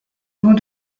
avant